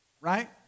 Right